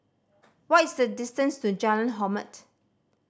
what is the distance to Jalan Hormat